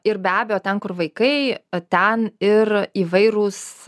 ir be abejo ten kur vaikai ten ir įvairūs